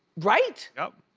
right? yep.